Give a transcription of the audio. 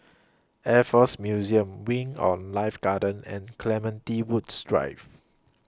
Air Force Museum Wing on Life Garden and Clementi Woods Drive